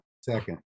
second